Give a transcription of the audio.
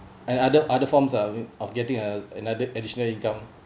and other other forms uh of getting uh another additional income